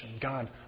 God